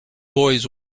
boys